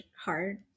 hard